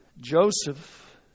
Joseph